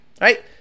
Right